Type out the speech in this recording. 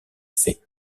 fait